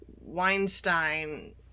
Weinstein